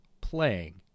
playing